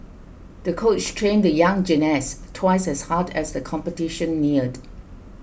the coach trained the young gymnast twice as hard as the competition neared